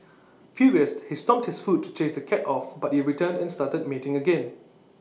furious he stomped his foot to chase the cat off but IT returned and started mating again